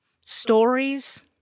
stories